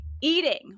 eating